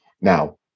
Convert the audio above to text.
Now